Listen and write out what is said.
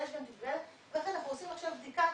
אנחנו עושים עכשיו בדיקה